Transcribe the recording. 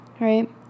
Right